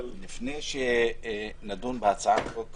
בהצעת החוק